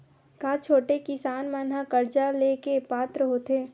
का छोटे किसान मन हा कर्जा ले के पात्र होथे?